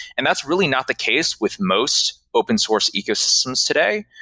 and that's really not the case with most open source ecosystems today.